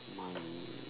mine